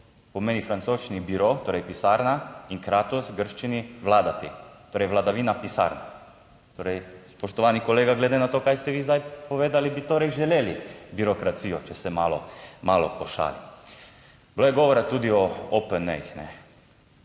pomeni v francoščini biro, torej pisarna, in kratos v grščini vladati, torej vladavina pisarne. Torej, spoštovani kolega, glede na to, kaj ste vi zdaj povedali, bi torej želeli birokracijo, če se malo malo pošalim? Bilo je govora tudi o OPN-jih.